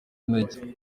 intege